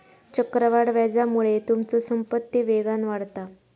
चक्रवाढ व्याजामुळे तुमचो संपत्ती वेगान वाढता